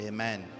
Amen